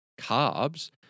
carbs